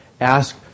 Ask